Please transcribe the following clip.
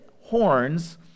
horns